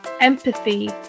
empathy